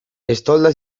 estolda